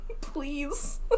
Please